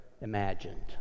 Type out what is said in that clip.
imagined